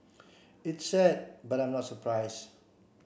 it's sad but I'm not surprise